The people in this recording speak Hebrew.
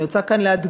אני רוצה להדגיש: